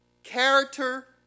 Character